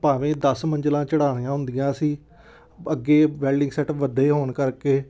ਭਾਵੇਂ ਦਸ ਮੰਜ਼ਿਲਾਂ ਚੜਾਣੀਆ ਹੁੰਦੀਆਂ ਸੀ ਅੱਗੇ ਵੈਲਡਿੰਗ ਸੈੱਟ ਵੱਡੇ ਹੋਣ ਕਰਕੇ